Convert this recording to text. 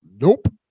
nope